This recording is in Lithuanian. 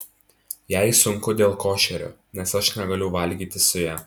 jai sunku dėl košerio nes aš negaliu valgyti su ja